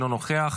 אינו נוכח.